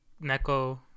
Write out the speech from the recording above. Neko